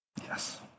Yes